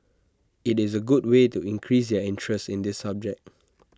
IT is A good way to increase and interest in this subject